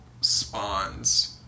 spawns